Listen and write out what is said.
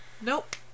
Nope